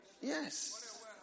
Yes